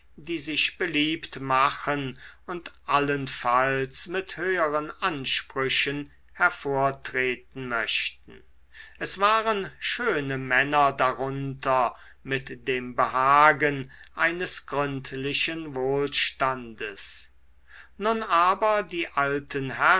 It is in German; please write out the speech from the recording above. die sich beliebt machen und allenfalls mit höheren ansprüchen hervortreten möchten es waren schöne männer darunter mit dem behagen eines gründlichen wohlstandes nun aber die alten